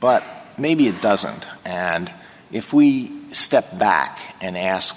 but maybe it doesn't and if we step back and ask